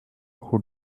who